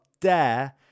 Dare